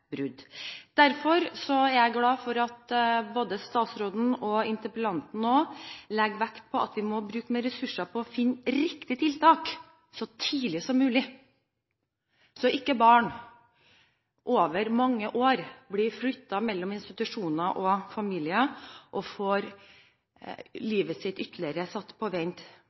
er jeg glad for at både statsråden og interpellanten legger vekt på at vi må bruke mer ressurser på å finne riktige tiltak så tidlig som mulig, slik at barn ikke blir flyttet – over mange år – mellom institusjoner og familier og får livet sitt ytterligere satt på vent.